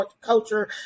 culture